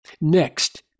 Next